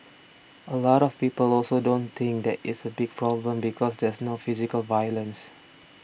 a lot of people also don't think that it's a big problem because there's no physical violence